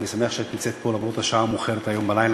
אני שמח שאת נמצאת פה, למרות השעה המאוחרת בלילה.